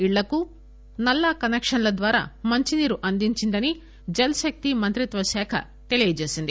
ఇళ్లకు నల్లా కసెక్షన్ల ద్వారా మంచినీరు అందించిందని జల్ శక్తి మంత్రత్వశాఖ తెలిపింది